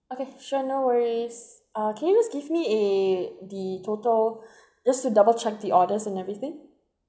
okay sure no worries uh can you give me a the total just to double check the orders and everything